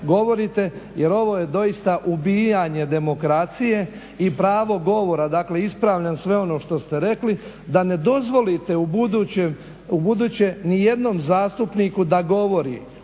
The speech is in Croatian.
jer ovo je doista ubijanje demokracije i pravo govora. Dakle ispravljam sve ono što ste rekli da ne dozvolite ubuduće nijednom zastupniku da govori